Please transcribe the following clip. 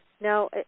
Now